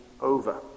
over